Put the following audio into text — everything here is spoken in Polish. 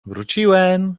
wróciłem